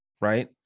right